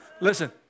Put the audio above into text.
Listen